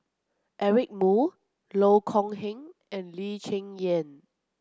Eric Moo Loh Kok Heng and Lee Cheng Yan